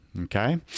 Okay